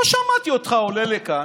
לא שמעתי אותך עולה לכאן,